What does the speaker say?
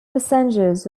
passengers